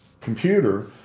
computer